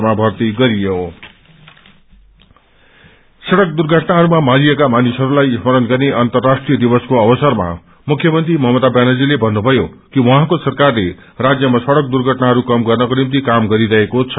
road accident सङ्क दुर्घटनाइरूमा मारिएका मानिसङ्ख्लाई स्मरण गर्ने अन्वराष्ट्रिय दिवसको अवसरमा मुख्यमंत्री ममता व्यानर्जीले भन्नुभयो कि उहाँको सरकारले राज्यमा सड़क दुर्घटनाहरू कम गर्नको निम्ति क्रम गरिरहेको छ